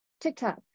TikTok